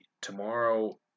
Tomorrow